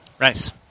Nice